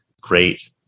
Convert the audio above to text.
great